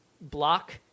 block